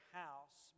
house